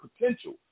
potential